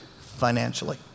financially